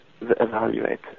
evaluate